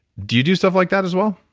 do you do stuff like that as well?